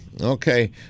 Okay